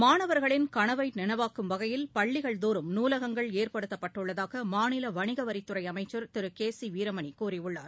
மாணவர்களின் கனவைநனவாக்கும் வகையில் பள்ளிதோறும் நூலகங்கள் ஏற்படுத்தப்பட்டுள்ளதாகமாநிலவணிகவரித்துறைஅமைச்சர் திருகேசிவீரமணிகூறியுள்ளார்